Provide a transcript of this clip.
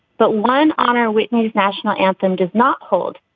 but one honor whitney's national anthem does not hold.